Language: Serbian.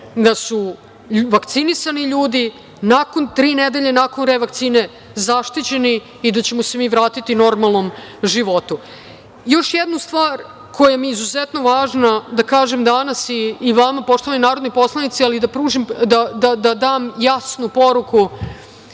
da su vakcinisani ljudi nakon tri nedelje, nakon revakcine zaštićeni i da ćemo se mi vratiti normalnom životu. Još jednu stvar koja mi je izuzetno važna da kažem danas i vama poštovani narodni poslanici, ali da dam jasnu poruku